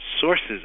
sources